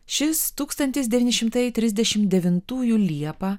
šis tūkstantis devyni šimtai trisdešim devintųjų liepą